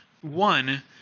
One